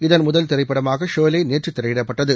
இதன் முதல் திரைப்படமாக ஷோலே நேற்று திரையிடப்பட்டது